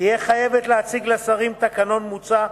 תהיה חייבת להציג לשרים תקנון מוצע,